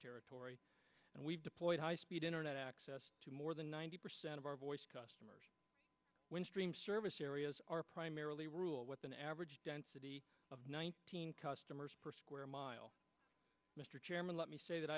territory and we've deployed high speed internet access to more than ninety percent of our voice customers windstream service areas are primarily rule with an average density of nineteen customers where mile mr chairman let me say that